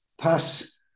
pass